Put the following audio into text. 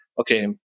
okay